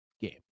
game